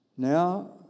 Now